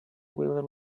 will